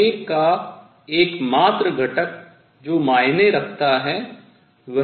संवेग का एकमात्र घटक जो मायने रखता है